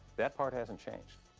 that part hasn't changed.